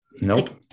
Nope